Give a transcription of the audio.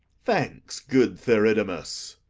thanks, good theridamas.